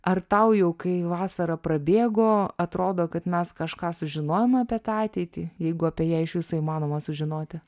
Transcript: ar tau jau kai vasara prabėgo atrodo kad mes kažką sužinojome apie tą ateitį jeigu apie ją iš viso įmanoma sužinoti